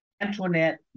Antoinette